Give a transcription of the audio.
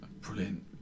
brilliant